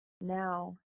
now